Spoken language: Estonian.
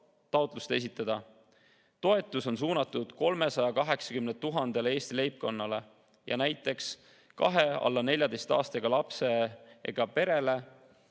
taotlus esitada. Toetus on suunatud 380 000-le Eesti leibkonnale ja näiteks kahe alla 14‑aastase lapsega pere